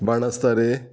Banastari